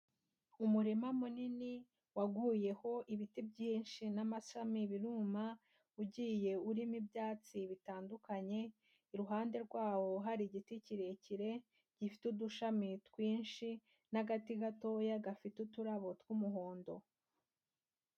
Umurima munini waguyeho ibiti byinshi n'amashami biruma ugiye urimo ibyatsi bitandukanye, iruhande rwawo hari igiti kirekire gifite udushami twinshi n'agati gatoya gafite uturabo tw'umuhondo.